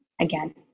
again